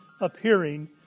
appearing